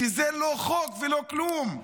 כי זה לא חוק ולא כלום.